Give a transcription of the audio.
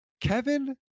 Kevin